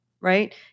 right